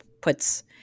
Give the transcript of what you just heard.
puts